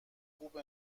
خوب